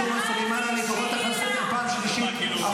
לפי סעיף שהוא לא יגיד שחיילי צה"ל עושים טבח.